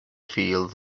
fields